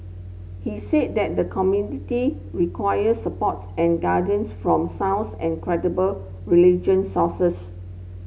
he said that the community require supports and guidance from sounds and credible religious sources